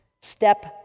step